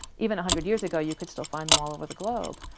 even a hundred years ago, you could still find them all over the globe.